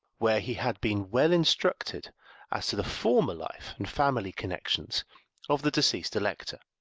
where he had been well instructed as to the former life and family connections of the deceased elector,